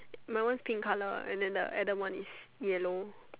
my one is pink color and then the atom one is yellow